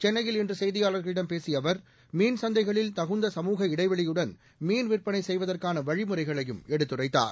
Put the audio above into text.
சென்னையில் இன்று செய்தியாளர்களிடம் பேசிய அவர் மீன் சந்தைகளில் தகுந்த சமூக இடைவெளியுடன் மீன் விற்பனை செய்வதற்கான வழிமுறைகளையும் எடுத்துரைத்தார்